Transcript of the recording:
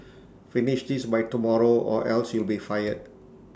finish this by tomorrow or else you'll be fired